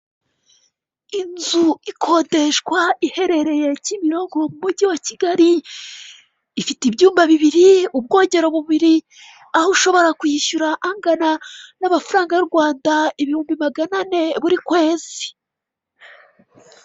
Inzu ikodeshwa iherereye kimiroko mu mujyi wa Kigali, ifite ibyumba bibiri, ubwogero bubiri aho ushobora kuyishyura angana n'amafaranga y'u Rwanda ibihumbi magana ane buri kwezi.